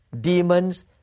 demons